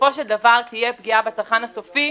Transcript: בסופו של דבר תהיה פגיעה בצרכן הסופי,